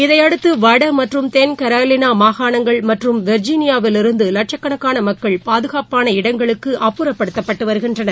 இதையடுத்து வட மற்றும் தென் கேரலைனா மாகாணங்கள் மற்றும் வெர்ஜினியாவிலிருந்து வட்சக்கணக்கான மக்கள் பாதுகாப்பான இடங்களுக்கு அப்புறப்படுத்தப்பட்டு வருகின்றனர்